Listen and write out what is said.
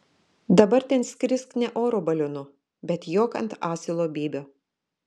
dabar ten skrisk ne oro balionu bet jok ant asilo bybio